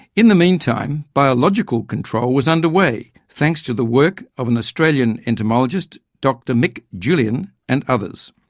in the meantime biological control was underway thanks to the work of an australian entomologist, dr mic julien and others.